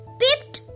peeped